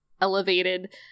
elevated